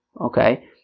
okay